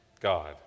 God